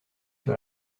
sur